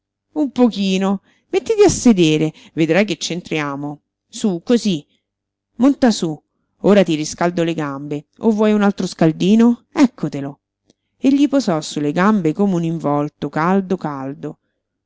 un pochino mettiti a sedere vedrai che c'entriamo su cosí monta su ora ti riscaldo le gambe o vuoi un altro scaldino eccotelo e gli posò su le gambe come un involto caldo caldo